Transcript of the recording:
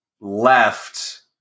left